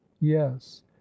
yes